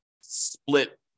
split